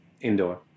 Indoor